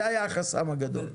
זה היה החסם הגדול.